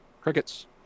Crickets